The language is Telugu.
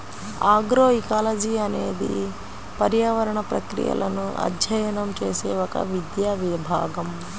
ఆగ్రోఇకాలజీ అనేది పర్యావరణ ప్రక్రియలను అధ్యయనం చేసే ఒక విద్యా విభాగం